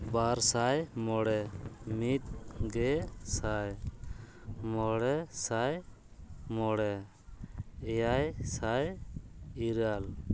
ᱵᱟᱨ ᱥᱟᱭ ᱢᱚᱬᱮ ᱢᱤᱫᱜᱮ ᱥᱟᱭ ᱢᱚᱬᱮ ᱥᱟᱭ ᱢᱚᱬᱮ ᱮᱭᱟᱭ ᱥᱟᱭ ᱤᱨᱟᱹᱞ